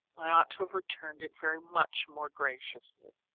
i ought to returned it very much more graciously.